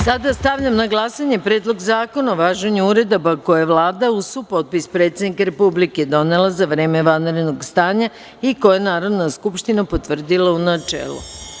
Sada stavljam na glasanje Predlog zakona o važenju uredaba koje je Vlada uz supotpis predsednika Republike donela za vreme vanrednog stanja i koje je Narodna skupština potvrdila, u načelu.